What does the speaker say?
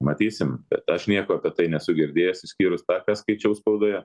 matysim bet aš nieko apie tai nesu girdėjęs išskyrus tą ką skaičiau spaudoje